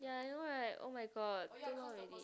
ya I know right oh-my-god too long already